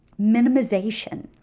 minimization